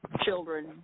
children